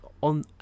on